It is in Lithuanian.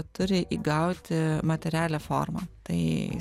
turi įgauti materialią formą tai